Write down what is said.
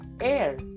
air